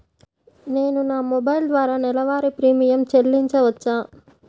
నేను నా మొబైల్ ద్వారా నెలవారీ ప్రీమియం చెల్లించవచ్చా?